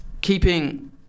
keeping